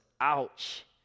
Ouch